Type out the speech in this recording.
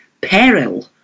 peril